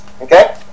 okay